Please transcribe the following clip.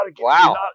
Wow